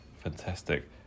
fantastic